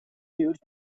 huge